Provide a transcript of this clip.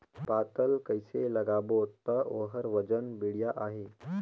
पातल कइसे लगाबो ता ओहार वजन बेडिया आही?